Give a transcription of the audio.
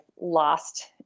lost